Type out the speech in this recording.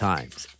Times